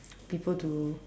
people to